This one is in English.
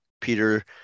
Peter